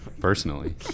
personally